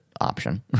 option